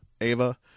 Ava